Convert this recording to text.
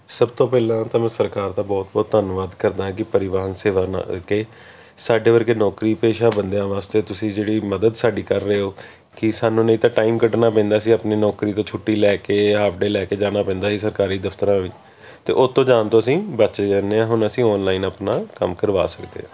ਸਭ ਤੋਂ ਪਹਿਲਾਂ ਤਾਂ ਮੈਂ ਸਰਕਾਰ ਦਾ ਬਹੁਤ ਬਹੁਤ ਧੰਨਵਾਦ ਕਰਦਾ ਹਾਂ ਕਿ ਪਰਿਵਾਨ ਸੇਵਾ ਕਰਕੇ ਸਾਡੇ ਵਰਗੇ ਨੌਕਰੀ ਪੇਸ਼ਾ ਬੰਦਿਆਂ ਵਾਸਤੇ ਤੁਸੀਂ ਜਿਹੜੀ ਮਦਦ ਸਾਡੀ ਕਰ ਰਹੇ ਹੋ ਕਿ ਸਾਨੂੰ ਨਹੀਂ ਤਾਂ ਟਾਈਮ ਕੱਢਣਾ ਪੈਂਦਾ ਸੀ ਆਪਣੇ ਨੌਕਰੀ ਤੋਂ ਛੁੱਟੀ ਲੈ ਕੇ ਹਾਫ ਡੇ ਲੈ ਕੇ ਜਾਣਾ ਪੈਂਦਾ ਸੀ ਸਰਕਾਰੀ ਦਫ਼ਤਰਾਂ ਵਿੱਚ ਅਤੇ ਉਸ ਤੋਂ ਜਾਣ ਤੋਂ ਅਸੀਂ ਬਚ ਜਾਂਦੇ ਹਾਂ ਹੁਣ ਅਸੀਂ ਓਨਲਾਈਨ ਆਪਣਾ ਕੰਮ ਕਰਵਾ ਸਕਦੇ ਹਾਂ